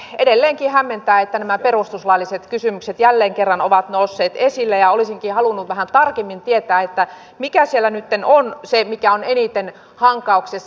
tietenkin edelleenkin hämmentää että nämä perustuslailliset kysymykset jälleen kerran ovat nousseet esille ja olisinkin halunnut vähän tarkemmin tietää mikä siellä nytten on se mikä on eniten hankauksessa